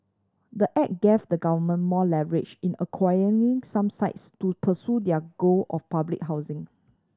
the act gave the government more leverage in acquiring some sites to pursue their goal of public housing